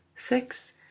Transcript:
six